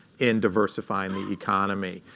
in diversifying the economy.